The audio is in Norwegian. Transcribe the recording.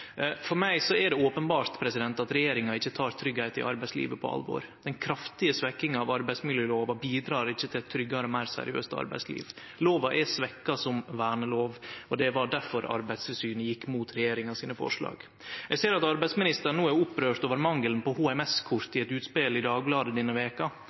For meg er det openbert at regjeringa ikkje tek tryggleik i arbeidslivet på alvor. Den kraftige svekkinga av arbeidsmiljølova bidrar ikkje til eit tryggare og meir seriøst arbeidsliv. Lova er svekt som vernelov, og det var derfor Arbeidstilsynet gjekk mot regjeringa sine forslag. Eg ser at arbeidsministeren no er opprørt over mangelen på